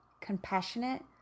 compassionate